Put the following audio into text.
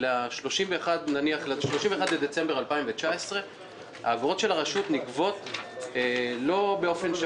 נניח ל-31 בדצמבר 2019. האגרות של הרשות נגבות לא באופן שווה.